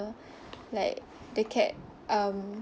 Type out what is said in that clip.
uh like the cat um